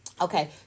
okay